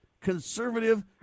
conservative